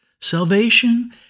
Salvation